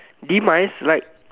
demised like